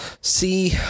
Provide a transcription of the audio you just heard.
see